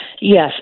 Yes